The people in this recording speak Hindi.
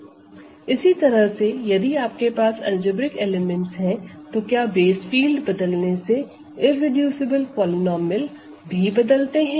इसी तरह से यदि आपके पास अलजेब्रिक एलिमेंट्स है तो क्या बेस फील्ड बदलने से इररेडूसिबल पॉलीनोमिअल भी बदलते हैं